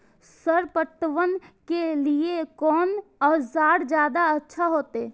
Sir पटवन के लीऐ कोन औजार ज्यादा अच्छा होते?